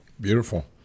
Beautiful